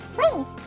Please